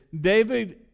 David